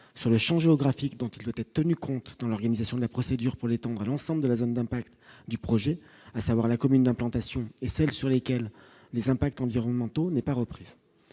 sur le Champ géographique, donc il doit être tenu compte dans l'organisation de la procédure pour l'étendre à l'ensemble de la zone d'impact du projet, à savoir la commune d'implantation et celles sur lesquelles les impacts environnementaux n'est pas repris